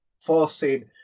forcing